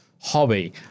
hobby